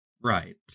Right